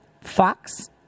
Fox